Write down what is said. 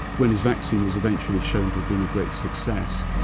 when his vaccine was eventually shown to have been a great success,